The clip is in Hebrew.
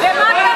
ומה קרה?